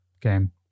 game